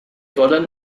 wollen